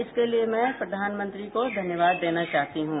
इसके लिये मैं प्रधानमंत्री को धन्यवाद देना चाहती हूं